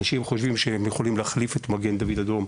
אנשים חושבים שהם יכולים להחליף את מגן דוד אדום,